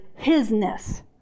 Hisness